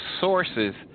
sources